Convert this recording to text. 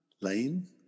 Lane